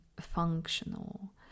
functional